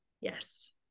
Yes